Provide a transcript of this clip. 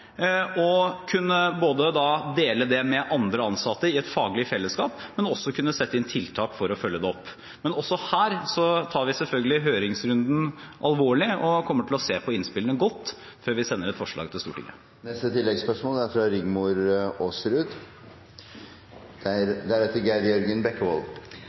både kunne dele det med andre ansatte, i et faglig fellesskap, og kunne sette inn tiltak for å følge det opp. Men også her tar vi selvfølgelig høringsrunden alvorlig, og vi kommer til å se godt på innspillene før vi sender et forslag til Stortinget.